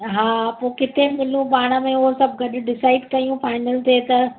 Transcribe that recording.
पोइ किथे मिलूं पाण में उहो सभु कॾहिं डिसाईड कयूं फाईनल थिए त